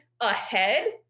ahead